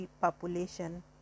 population